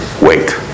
Wait